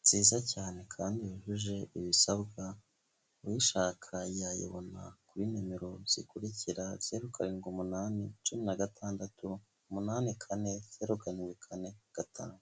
nziza cyane kandi yujuje ibisabwa, uyishaka yayibona kuri nimero zikurikira zeru karindwi umunani cumi na gatandatu umunani kane zeru karindwi kane gatanu.